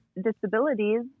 disabilities